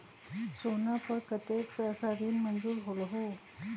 सोना पर कतेक पैसा ऋण मंजूर होलहु?